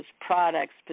products